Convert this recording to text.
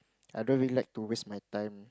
I don't really like to waste my time